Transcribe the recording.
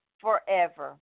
forever